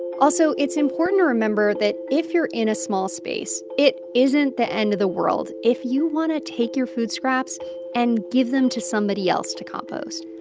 also, it's important to remember that if you're in a small space, it isn't the end of the world if you want to take your food scraps and give them to somebody else to compost.